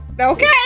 Okay